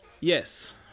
Yes